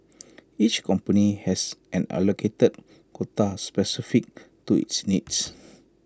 each company has an allocated quota specific to its needs